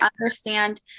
understand